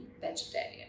vegetarian